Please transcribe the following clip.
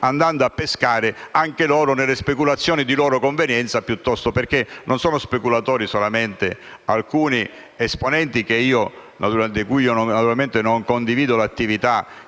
andando a pescare nelle speculazioni di loro convenienza. Infatti non sono speculatori solamente alcuni personaggi di cui naturalmente non condivido l'attività